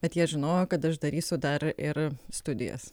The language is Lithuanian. bet jie žinojo kad aš darysiu dar ir studijas